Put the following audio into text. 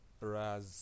Raz